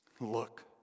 Look